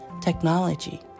technology